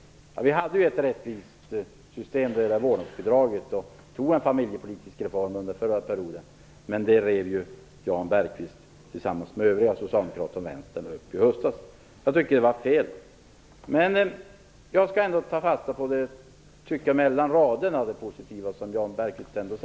Vi hade ett rättvist system, nämligen vårdnadsbidraget, och genomförde under den förra perioden en familjepolitisk reform, men den rev Jan Bergqvist tillsammans med övriga socialdemokrater och Vänstern upp i höstas. Jag tycker att det var fel. Jag skall ändå ta fasta på det positiva som jag tycker att Jan Bergqvist ändå förde fram mellan raderna.